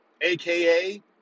AKA